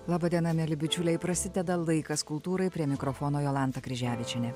laba diena mieli bičiuliai prasideda laikas kultūrai prie mikrofono jolanta kryževičienė